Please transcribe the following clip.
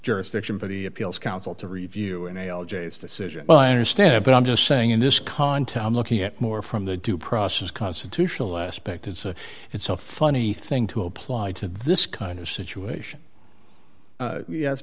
jurisdiction but he appeals counsel to review and they all j's decision well i understand that but i'm just saying in this contest i'm looking at more from the due process constitutional aspect it's a it's so funny thing to apply to this kind of situation